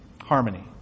harmony